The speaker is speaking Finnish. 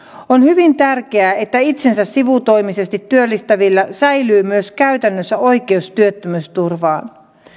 on hyvin tärkeää että itsensä sivutoimisesti työllistävillä säilyy myös käytännössä oikeus työttömyysturvaan